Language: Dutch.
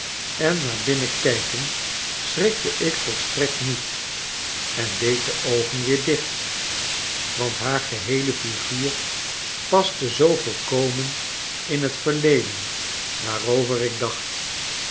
en naar binnen kijken schrikte ik volstrekt niet en deed de oogen weer dicht want haar geheele figuur paste zoo volkomen in het verleden waarover ik dacht